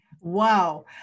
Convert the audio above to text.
Wow